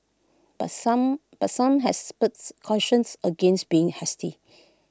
but some but some experts cautioned against being hasty